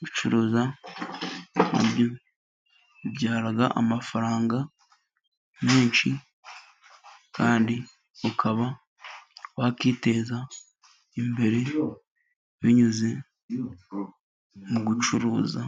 Gucuruza bibyara amafaranga menshi, kandi ukaba wakwiteza imbere binyuze mu gucuruza,